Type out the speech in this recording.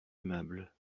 aimable